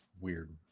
weird